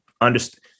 understand